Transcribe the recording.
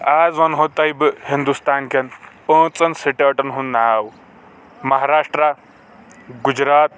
آز ونہو تۄہہِ بہٕ ہنٛدوستان کٮ۪ن پانٛژن سٹیٹن ہُنٛد ناو مہراسٹرا گجرات